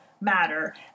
matter